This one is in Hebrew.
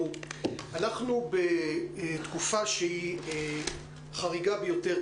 אנחנו בתקופה שהיא חריגה ביותר,